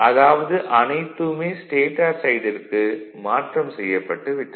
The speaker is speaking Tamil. அதாவது அனைத்துமே ஸ்டேடார் சைடிற்கு மாற்றம் செய்யப்பட்டுவிட்டது